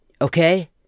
Okay